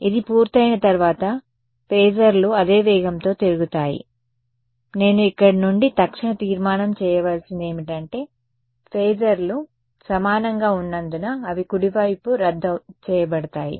ఇది పూర్తయిన తర్వాత ఫేజర్లు అదే వేగంతో తిరుగుతాయి నేను ఇక్కడ నుండి తక్షణ తీర్మానం చేయవలసింది ఏమిటంటే ఫేజర్లు సమానంగా ఉన్నందున అవి కుడివైపున రద్దు చేయబడతాయి